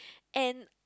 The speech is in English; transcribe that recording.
and